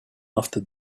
after